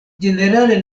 ĝenerale